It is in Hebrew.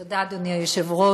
תודה, אדוני היושב-ראש,